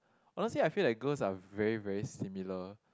honestly I feel that girls are very very similar